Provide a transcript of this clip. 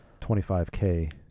25K